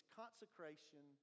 consecration